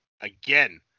again